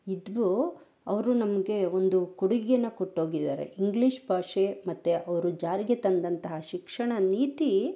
ಇದ್ದರೂ ಅವರು ನಮಗೆ ಒಂದು ಕೊಡುಗೆಯನ್ನು ಕೊಟ್ಟು ಹೋಗಿದಾರೆ ಇಂಗ್ಲೀಷ್ ಭಾಷೆ ಮತ್ತು ಅವರು ಜಾರಿಗೆ ತಂದಂತಹ ಶಿಕ್ಷಣ ನೀತಿ